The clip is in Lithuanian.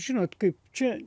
žinot kaip čia